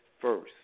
first